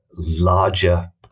Larger